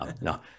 no